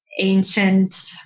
ancient